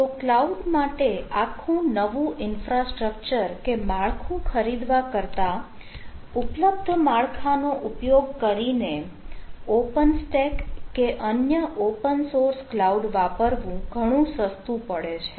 તો કલાઉડ માટે આખું નવું ઇન્ફ્રાસ્ટ્રક્ચર કે માળખું ખરીદવા કરતા ઉપલબ્ધ માળખાનો ઉપયોગ કરીને ઓપન સ્ટેક કે અન્ય ઓપન સોર્સ ક્લાઉડ વાપરવું ઘણું સસ્તું પડે છે